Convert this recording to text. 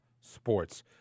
sports